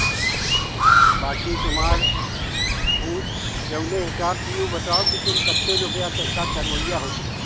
हाँ बाकी तुम्हार वो जोने हिसाब दियो बताओ की तुम कितने रुपये तक का करवा रहे हो बीमा